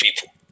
people